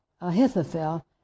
Ahithophel